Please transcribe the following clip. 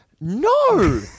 no